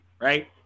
right